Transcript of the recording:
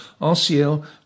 RCL